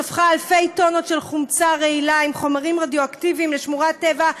שפכה אלפי טונות של חומצה רעילה עם חומרים רדיואקטיביים לשמורת טבע,